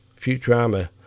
Futurama